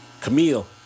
Camille